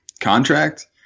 contract